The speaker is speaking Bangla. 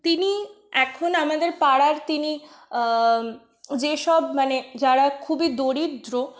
তিনি এখন আমাদের পাড়ার তিনি যেসব মানে যারা খুবই দরিদ্র